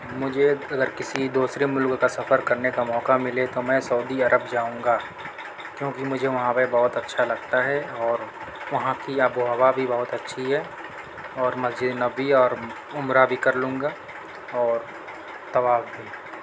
مجھے اگر کسی دوسرے ملک کا سفر کرنے کا موقع ملے تو میں سعودی عرب جاؤں گا کیونکہ مجھے وہاں پہ بہت اچھا لگتا ہے اور وہاں کی آب و ہوا بھی بہت اچھی ہے اور مسجد نبوی اور عمرہ بھی کر لوں گا اور طواف بھی